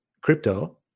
crypto